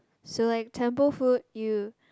so like temple food you